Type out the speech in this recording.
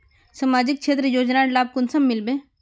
सामाजिक क्षेत्र योजनार लाभ कुंसम मिलबे?